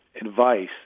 advice